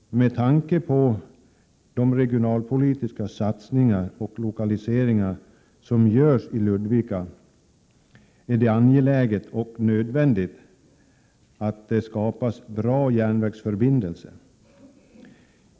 Med tanke på de regionalpolitiska satsningar och lokaliseringar som görs i Ludvika är det angeläget och nödvändigt att det skapas bra järnvägsförbindelser.